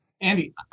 Andy